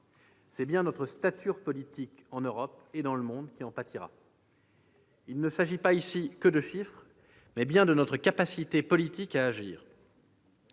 c'est bien notre stature politique en Europe et dans le monde qui en pâtira. Il ne s'agit pas ici que de chiffres, mais il s'agit bel et bien de notre capacité à agir.